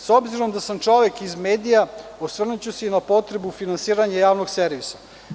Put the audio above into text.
S obzirom da sam čovek iz medija, osvrnuću se i na potrebu finansiranja javnog servisa.